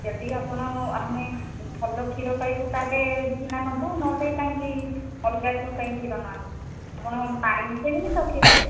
ଯଦି ଆପଣ ଆମେ ଭଲ କ୍ଷୀର ପାଇବୁ ତାହାଲେ ସିନା ନେବୁ ନହେଲେ କାହିଁକି ଅଲଗା କେଉଁଠୁ କାହିଁକି କ୍ଷୀର ନ ଆଣିବୁ ଆପଣ ପାଣି ମିଶେଇବେନି ତ କ୍ଷୀରରେ